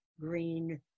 green